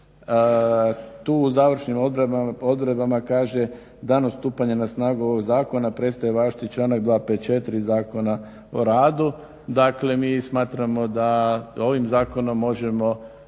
Tu u završnim odredbama kaže danom stupanja na snagu ovog zakona prestaje važiti članak 254. Zakona o radu. Dakle mi smatramo da ovim zakonom možemo,